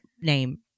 name